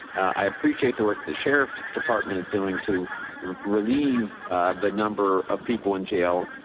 i appreciate the work the sheriff department is doing to relieve the number of people in jail.